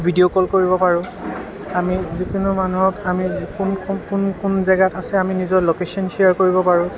video call কৰিব পাৰোঁ আমি যিকোনো মানুহক আমি কোন কোন কোন জেগাত আছে আমি নিজৰ ল'কেচন শ্বেয়াৰ কৰিব পাৰোঁ